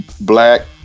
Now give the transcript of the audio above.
black